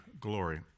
glory